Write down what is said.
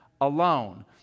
alone